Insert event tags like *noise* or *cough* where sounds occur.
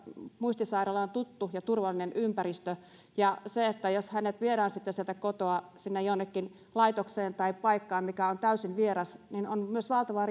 muistisairaalla on tuttu ja turvallinen ympäristö ja se että jos hänet viedään sitten sieltä kotoa sinne jonnekin laitokseen tai paikkaan mikä on täysin vieras niin on myös valtava *unintelligible*